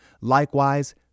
Likewise